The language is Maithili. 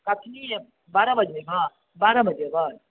कखनी बारह बजे अयबै बारह बजे अयबै